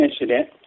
incident